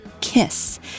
KISS